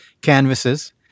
canvases